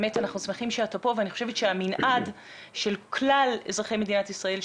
אנחנו באמת שמחים שאתה פה ואני חושבת שבמנעד של כלל אזרחי מדינת ישראל,